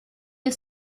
you